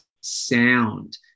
sound